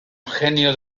genio